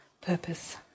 purpose